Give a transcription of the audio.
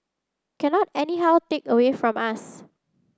cannot anyhow take away from us